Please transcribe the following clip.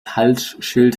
halsschild